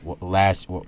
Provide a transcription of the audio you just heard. last